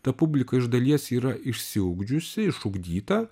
ta publika iš dalies yra išsiugdžiusi išugdyta